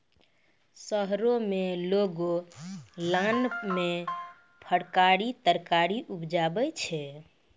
शहरो में लोगों लान मे फरकारी तरकारी उपजाबै छै